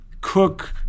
cook